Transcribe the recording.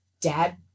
dad